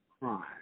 crime